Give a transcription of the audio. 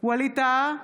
ווליד טאהא,